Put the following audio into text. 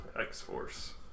X-Force